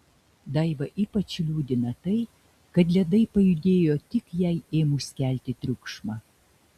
daivą ypač liūdina tai kad ledai pajudėjo tik jai ėmus kelti triukšmą